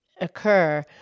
occur